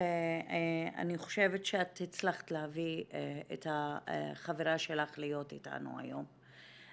אני חושבת שאת הצלחת להביא את החברה שלך להיות איתנו היום.